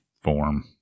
form